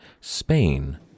Spain